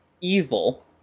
evil